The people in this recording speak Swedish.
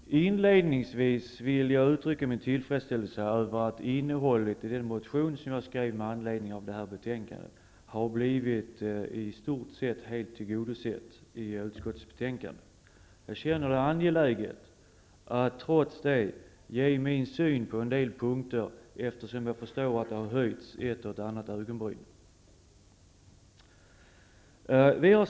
Herr talman! Inledningsvis vill jag uttrycka min tillfredsställelse över att i den motion som jag skrev med anledning av detta betänkande har blivit i stort sett helt tillgodosedda i utskottsbetänkandet. Jag känner det som angeläget att trots detta ge min syn på en del punkter, eftersom jag förstår att ett och annat ögonbryn har höjts.